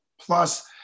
plus